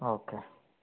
okay